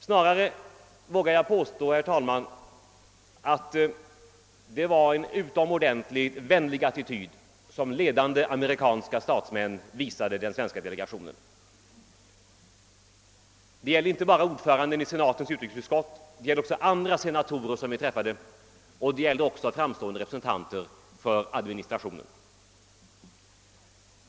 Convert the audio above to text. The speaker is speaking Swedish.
Snarare vågar jag påstå att det var en utomordentligt vänlig attityd som l1edande amerikanska statsmän visade den svenska delegationen. Det gällde inte bara ordföranden i senatens utrikesutskott utan även andra senatorer som vi träffade liksom framstående representanter för administrationen.